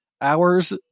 hours